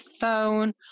phone